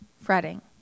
fretting